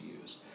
use